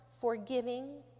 forgiving